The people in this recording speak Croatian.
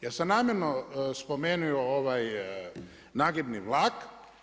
Ja sam namjerno spomenuo ovaj nagibni vlak.